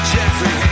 Jeffrey